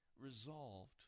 resolved